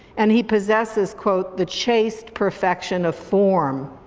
and he possesses quote, the chaste perfection of form.